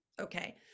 okay